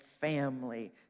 family